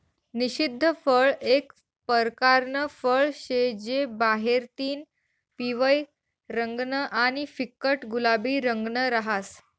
निषिद्ध फळ एक परकारनं फळ शे जे बाहेरतीन पिवयं रंगनं आणि फिक्कट गुलाबी रंगनं रहास